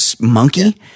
monkey